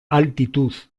altitud